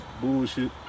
bullshit